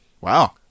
wow